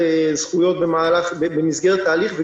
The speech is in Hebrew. את אותו הקושי חווה גם המשטרה בהוצאת